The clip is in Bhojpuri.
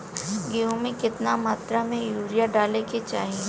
गेहूँ में केतना मात्रा में यूरिया डाले के चाही?